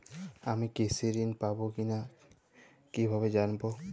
আমি কৃষি ঋণ পাবো কি না কিভাবে জানবো?